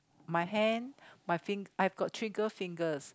my hand my fing~ I got trigger fingers